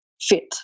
fit